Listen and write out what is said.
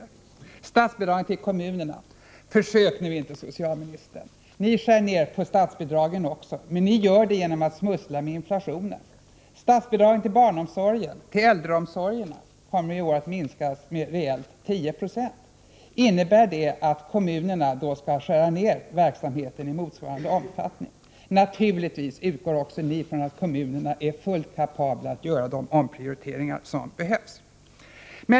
När det gäller statsbidragen till kommunerna så försök inte, socialministern! Också ni skär ned på statsbidragen, men ni gör det genom att smussla med inflationen. Statsbidragen till barnomsorgen och till äldreomsorgen kommer i år att minskas med reellt 10 26. Innebär det att kommunerna skall skära ned verksamheten i motsvarande omfattning? Naturligtvis utgår också ni från att kommunerna är fullt kapabla att göra de omprioriteringar som behövs.